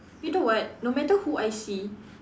you know what no matter who I see